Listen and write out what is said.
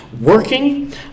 working